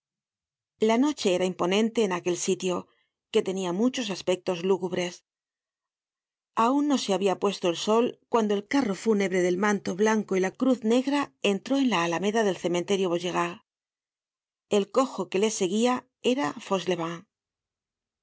search generated at imponente en aquel sitio que tenia muchos aspectos lúgubres aun no se habia puesto el sol cuando el carro fúnebre del manto blanco y la cruz negra entró en la alameda del cementerio vaugirard el cojo que le seguía era